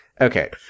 okay